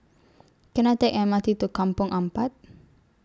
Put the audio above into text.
Can I Take The M R T to Kampong Ampat